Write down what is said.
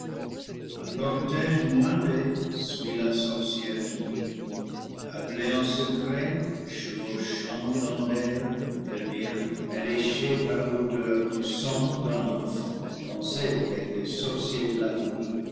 un cortège moins laid suit la sorcière de nuit appelée en secret chevauchant dans l'air elle vient alléchée par l'odeur du sang d'un enfant danser avec les sorciers de